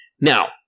Now